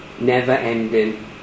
never-ending